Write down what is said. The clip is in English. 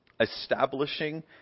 establishing